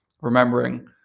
remembering